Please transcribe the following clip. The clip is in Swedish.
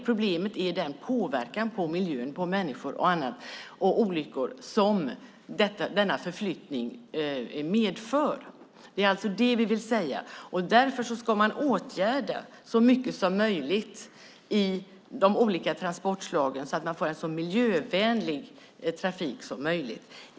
Problemet är den påverkan på miljön, människor och annat och olyckor som denna förflyttning medför. Det är det vi vill säga. Därför ska man åtgärda så mycket som möjligt i de olika transportslagen så att man får en så miljövänlig trafik som möjligt.